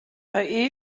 they